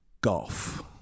Golf